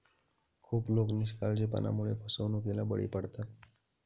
खूप लोक निष्काळजीपणामुळे फसवणुकीला बळी पडतात